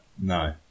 No